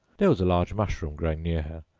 there was a large mushroom growing near her,